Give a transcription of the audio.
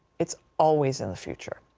it's always in the future.